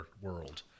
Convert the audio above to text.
world